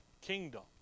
kingdom